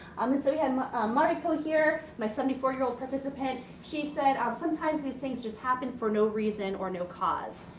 um and so, we have martico here. my seventy four year old participant. she said, sometimes these things just happen for no reason or no cause.